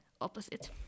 opposite